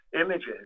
images